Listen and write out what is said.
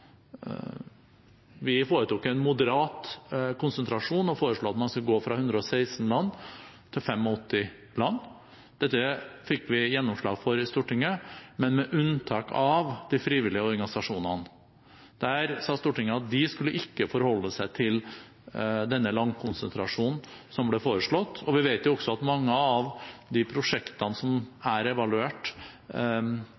Vi foretok en moderat konsentrasjon og foreslo at man skulle gå fra 116 land til 85 land. Dette fikk vi gjennomslag for i Stortinget, men med unntak av de frivillige organisasjonene. Der sa Stortinget at de skulle ikke forholde seg til denne landkonsentrasjonen som ble foreslått. Vi vet jo også at mange av de prosjektene som